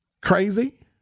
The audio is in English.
crazy